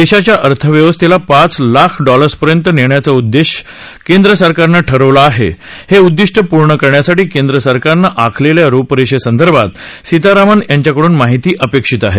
देशाच्या अर्थव्यवस्थेला पाच ट्रीलियन डॉलर्सपर्यंत नेण्याचं उद्दिष् केंद्र सरकारनं ठेवलं आहे हे उद्दिष् पूर्ण करण्यासाठी केंद्र सरकारनं आखलेल्या रुपरेषेसंदर्भात सीतारामन यांच्याकडून माहिती अपेक्षित आहे